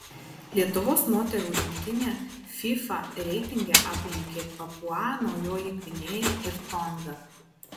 lietuvos moterų rinktinę fifa reitinge aplenkė papua naujoji gvinėja ir tonga